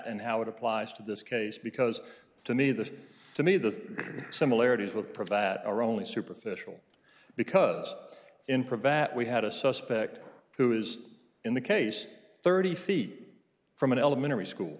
and how it applies to this case because to me the to me the similarities with provide are only superficial because in provide we had a suspect who is in the case thirty feet from an elementary school